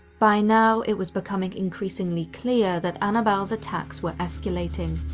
by now, it was becoming increasingly clear that annabelle's attacks were escalating,